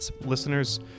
listeners